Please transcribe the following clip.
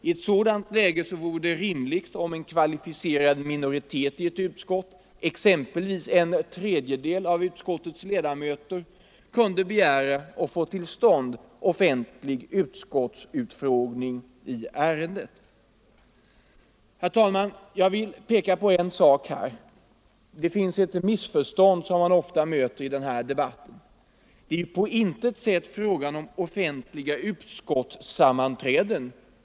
I ett sådant läge vore det rimligt om en kvalificerad minoritet i ett utskott, exempelvis en tredjedel av utskottets ledamöter, kunde begära och få till stånd en offentlig utskottsutfrågning i ärendet. Ett missförstånd som man ofta möter i debatten om dessa frågor vill jag här ta upp. Det är här inte på något sätt fråga om offentliga utskottssammanträden.